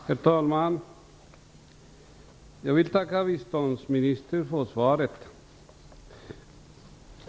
Herr talman! Jag vill tacka biståndsministern för svaret.